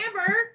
Amber